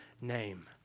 name